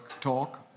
talk